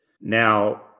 Now